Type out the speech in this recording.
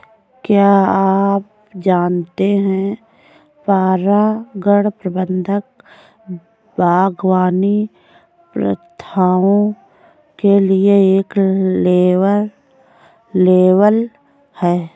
क्या आप जानते है परागण प्रबंधन बागवानी प्रथाओं के लिए एक लेबल है?